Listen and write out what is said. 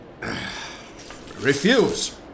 ...refuse